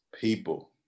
people